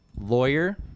lawyer